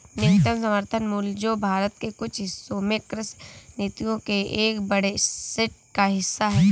न्यूनतम समर्थन मूल्य जो भारत के कुछ हिस्सों में कृषि नीतियों के एक बड़े सेट का हिस्सा है